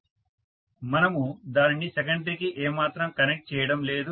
professor మనము దానిని సెకండరీకి ఏమాత్రం కనెక్ట్ చేయటం లేదు